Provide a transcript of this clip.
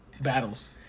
battles